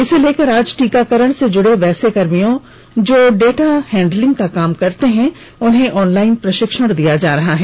इसे लेकर आज टीकाकरण से जुड़े वैसे कर्मियों जो डाटा हैंडलिंग का काम करते हैं उनको ऑनलाइन प्रशिक्षण दिया जा रहा है